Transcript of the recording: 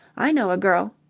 i know a girl.